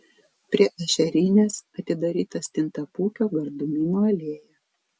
prie ešerinės atidaryta stintapūkio gardumynų alėja